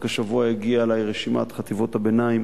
רק השבוע הגיעה אלי רשימת חטיבות הביניים